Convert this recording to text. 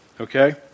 okay